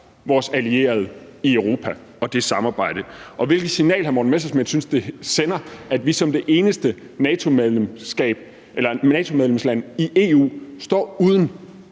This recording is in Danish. vores allierede i Europa og det samarbejde, og hvilket signal hr. Morten Messerschmidt synes det sender, at vi som det eneste NATO-medlemsland i EU står uden